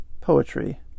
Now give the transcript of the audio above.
poetry